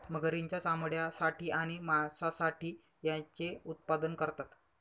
मगरींच्या चामड्यासाठी आणि मांसासाठी याचे उत्पादन करतात